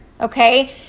okay